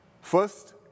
First